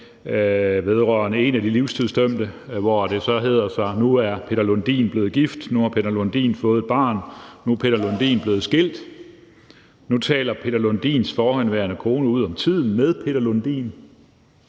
vedrørende en af de livstidsdømte, som f.eks. lyder: Nu er Peter Lundin blevet gift; nu har Peter Lundin fået et barn; nu er Peter Lundin blevet skilt, nu taler Peter Lundins forhenværende kone ud om tiden med Peter Lundin;